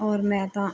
ਔਰ ਮੈਂ ਤਾਂ